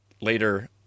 later